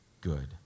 good